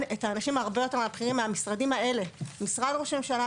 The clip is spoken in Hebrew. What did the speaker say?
אנשים בכירים יותר ממשרד האוצר וממשרד ראש הממשלה,